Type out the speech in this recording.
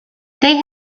they